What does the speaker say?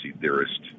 theorist